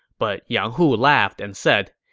but yang hu laughed and said,